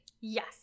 Yes